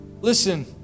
Listen